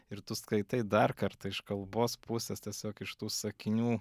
ir tu skaitai dar kartą iš kalbos pusės tiesiog iš tų sakinių